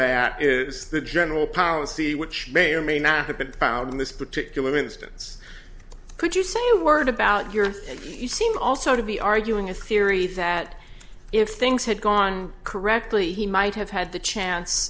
that is that general powell c which may or may not have been found in this particular instance could you say a word about yours you seem also to be arguing a theory that if things had gone correctly he might have had the chance